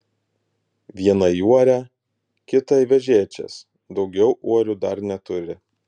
vieną į uorę kitą į vežėčias daugiau uorių dar neturi